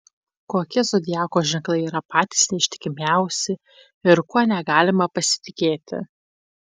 kokie zodiako ženklai yra patys neištikimiausi ir kuo negalima pasitikėti